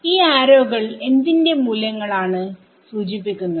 ഈ ആരോകൾ എന്തിന്റെ മൂല്യങ്ങൾ ആണ് സൂചിപ്പിക്കുന്നത്